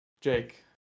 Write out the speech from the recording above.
Jake